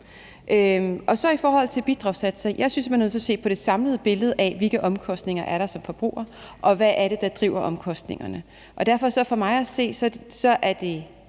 hvad. I forhold til bidragssatser synes jeg man er nødt til at se på det samlede billede af, hvilke omkostninger der er som forbruger, og hvad der driver omkostningerne, og derfor er det for mig at se at tage